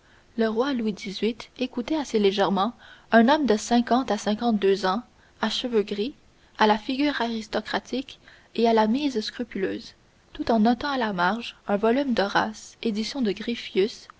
le roi louis xviii écoutait assez légèrement un homme de cinquante à cinquante-deux ans à cheveux gris à la figure aristocratique et à la mise scrupuleuse tout en notant à la marge un volume d'horace édition de